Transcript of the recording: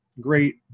great